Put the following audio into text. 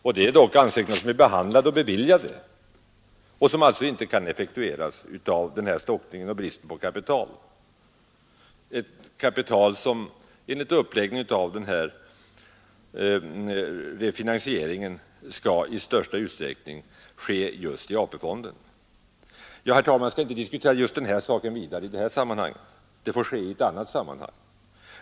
Och det gäller då ansökningar som är behandlade och lån som är beviljade men som inte kan effektueras på grund av brist på kapital — ett kapital som enligt uppläggningen av finansieringen skall lånas ut huvudsakligen av AP-fonden. Jag skall inte diskutera just den här frågan vidare i dag — den diskussionen får föras i annat sammanhang.